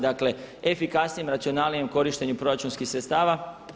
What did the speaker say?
Dakle, efikasnijem, racionalnijem korištenju proračunskih sredstava.